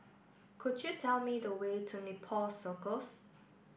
could you tell me the way to Nepal Circus